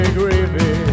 gravy